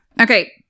Okay